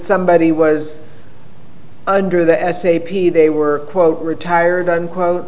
somebody was under the s a p they were quote retired unquote